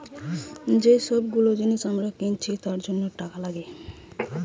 যে সব গুলো জিনিস আমরা কিনছি তার জন্য টাকা লাগে